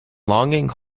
longing